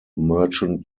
merchant